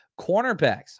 cornerbacks